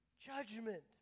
Judgment